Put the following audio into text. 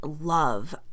love